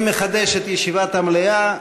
אני מחדש את ישיבת המליאה.